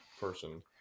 person